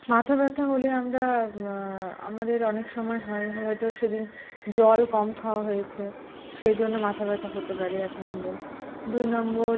মাথা ব্যথা হলে আমরা আমাদের অনেক সময় হয় হয়তো সেদিন জল কম খাওয়া হয়েছে সেই জন্য মাথা ব্যথা হতে পারে এক নম্বর দুই নম্বর